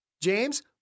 James